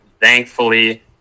Thankfully